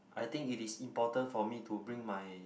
I think it is important for me to bring my